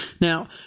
Now